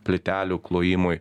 plytelių klojimui